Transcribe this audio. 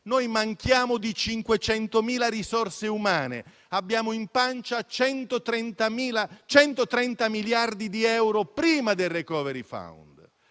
Noi manchiamo di 500.000 risorse umane; abbiamo in pancia 130 miliardi di euro prima del *recovery fund*.Con